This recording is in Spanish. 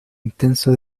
intenso